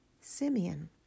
Simeon